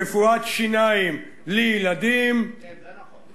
רפואת שיניים לילדים --- כן, זה נכון.